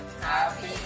Happy